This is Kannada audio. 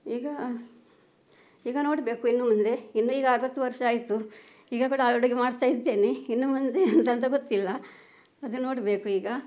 ಈಗ ಈಗ ನೋಡಬೇಕು ಇನ್ನು ಮುಂದೆ ಇನ್ನು ಈಗ ಅರವತ್ತು ವರ್ಷ ಆಯಿತು ಈಗ ಕೂಡ ಅಡುಗೆ ಮಾಡ್ತಾಯಿದ್ದೇನೆ ಇನ್ನು ಮುಂದೆ ಎಂತ ಅಂತ ಗೊತ್ತಿಲ್ಲ ಅದೇ ನೋಡಬೇಕು ಈಗ